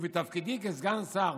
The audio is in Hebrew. ובתפקידי כסגן שר